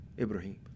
Ibrahim